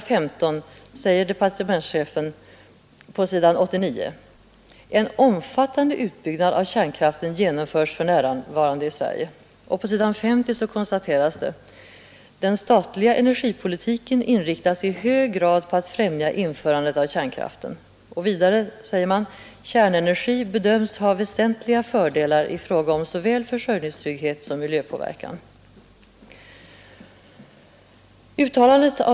15 säger departementschefen på s. 89: ”En omfattande utbyggnad av kärnkraften genomförs f. n. i Sverige.” På s. 50 konstateras: ”Den statliga energipolitiken inriktas i hög grad på att främja införandet av kärnkraften.” Och vidare ”——— kärnenergi ——— bedöms ha väsentliga fördelar i fråga om såväl försörjningstrygghet som miljöpåverkan”.